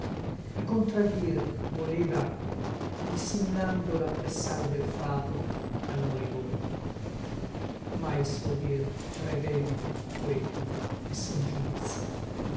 e contraddir voleva dissimulando l'appressar del fato al moribondo ma il suo dir prevenne quegli e soggiunse